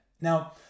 Now